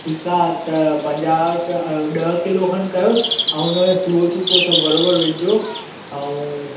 ठीकु आहे त पंजाहु रुपिया ऐं ॾह किलो खनि कयोसि ऐं हुन में सुओ छुपो सभु बराबरि विझिझो ऐं